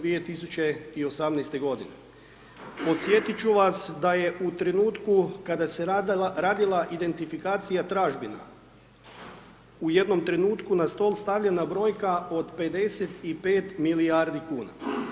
2018. g. Podsjetiti ću vas, da je u trenutku kada se je radila identifikacija tražbina, u jednom trenutku na stol stavljena brojka od 55 milijardi kuna.